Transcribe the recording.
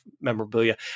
memorabilia